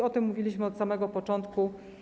O tym mówiliśmy od samego początku.